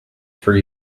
for